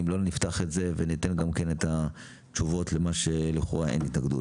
אם לא נפתח את זה וניתן את התשובות למה שלכאורה אין התנגדות.